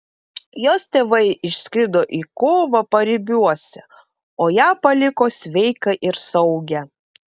jos tėvai išskrido į kovą paribiuose o ją paliko sveiką ir saugią